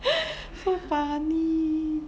so funny